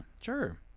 sure